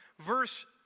verse